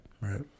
Right